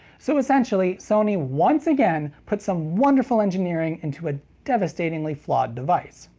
so essentially, sony once again put some wonderful engineering into a devastatingly flawed device.